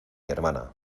hermana